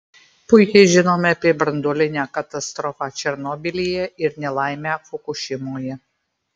puikiai žinome apie branduolinę katastrofą černobylyje ir nelaimę fukušimoje